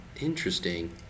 Interesting